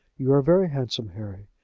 you are very handsome, harry,